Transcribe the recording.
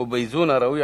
ובאיזון הראוי,